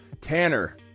Tanner